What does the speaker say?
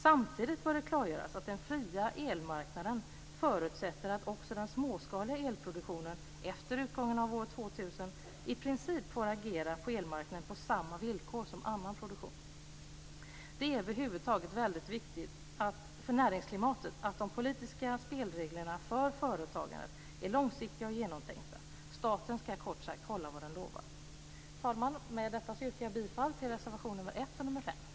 Samtidigt bör det klargöras att den fria elmarknaden förutsätter att också den småskaliga elproduktionen efter utgången av år 2000 i princip får agera på elmarknaden på samma villkor som annan produktion. Det är över huvud taget väldigt viktigt för näringsklimatet att de politiska spelreglerna för företagandet är långsiktiga och genomtänkta. Staten ska kort sagt hålla vad den lovar. Herr talman! Med detta yrkar jag bifall till reservation nr 1 och nr 5.